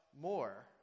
more